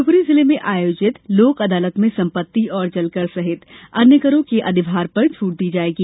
शिवपुरी जिले में आयोजित लोक अदालत में संपति और जल कर सहित अन्य करों के अधिभार पर छूट दी जायेगी